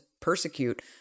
persecute